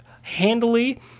handily